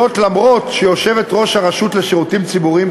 זאת אף שיושבת-ראש הרשות לשירותים ציבוריים,